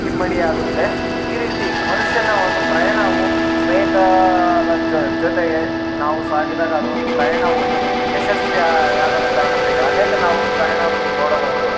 ಇಮ್ಮಡಿಯಾಗುತ್ತೆ ಈ ರೀತಿ ಮನುಷ್ಯನವನ್ನು ಪ್ರಯಾಣವು ಸ್ನೇಹಿತರ ಜೊತೆಗೆ ನಾವು ಸಾಗಿದಾಗ ಅದೊಂದು ಪ್ರಯಾಣ ಒಂದು ಯಶಸ್ವಿಯ ಯಾಗಲು ಕಾರಣತೆಗೆ ಅನೇಕ ನಾವು ಪ್ರಯಾಣವನ್ನು ನೋಡಬಹುದು